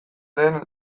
lehen